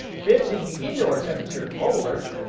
fifth, is the indoor temperature low alert.